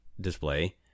display